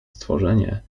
stworzenie